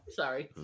sorry